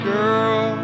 girl